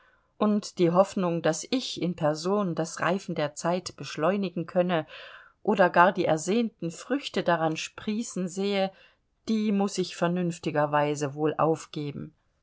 und die hoffnung daß ich in person das reifen der zeit beschleunigen könne oder gar die ersehnten früchte daran sprießen sehe die muß ich vernünftiger weise wohl aufgeben